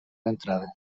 entrada